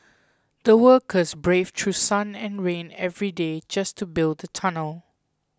the workers braved through sun and rain every day just to build the tunnel